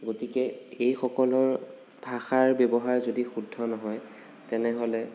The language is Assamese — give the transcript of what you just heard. গতিকে এইসকলৰ ভাষাৰ ব্য়ৱহাৰ যদি শুদ্ধ নহয় তেনেহ'লে